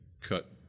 cut